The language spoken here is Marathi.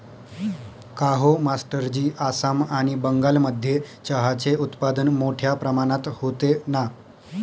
काहो मास्टरजी आसाम आणि बंगालमध्ये चहाचे उत्पादन मोठया प्रमाणात होते ना